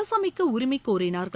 அரசமைக்க உரிமை கோரினார்கள்